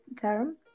term